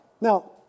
Now